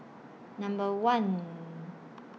Number one